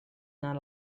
not